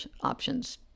options